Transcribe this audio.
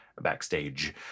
Backstage